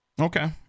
okay